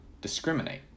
discriminate